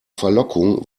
verlockung